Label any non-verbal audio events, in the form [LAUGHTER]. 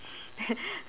[LAUGHS]